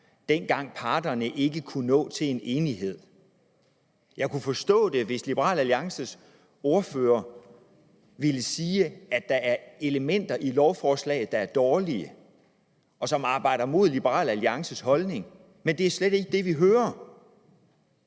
dengang parterne ikke kunne nå til enighed. Jeg kunne forstå det, hvis Liberal Alliances ordfører ville sige, at der er elementer i lovforslaget, der er dårlige, og som arbejder imod Liberal Alliances holdning, men det er slet ikke det, vi hører.